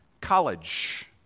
college